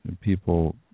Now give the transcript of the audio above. people